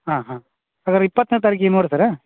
ಹಾಂ ಹಾಂ ಹಾಗಾದರೆ ಇಪ್ಪತ್ತನೇ ತಾರೀಖಿಗೆ ನೋಡ್ರಿ ಸರ್